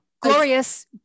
glorious